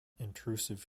intrusive